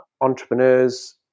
entrepreneurs